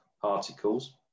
particles